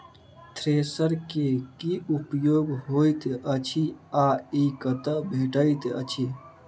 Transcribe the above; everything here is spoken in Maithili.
थ्रेसर केँ की उपयोग होइत अछि आ ई कतह भेटइत अछि?